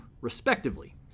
respectively